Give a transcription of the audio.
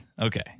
Okay